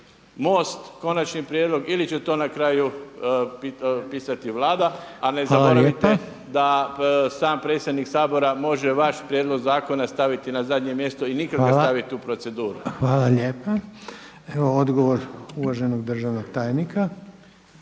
MOST konačni prijedlog ili će to na kraju pisati Vlada? A ne zaboravite da sam predsjednik Sabora može vaš prijedlog zakona staviti na zadnje mjesto i nikada ga staviti u proceduru. **Reiner, Željko (HDZ)** Hvala. Evo odgovor uvaženog državnog tajnika.